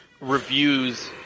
reviews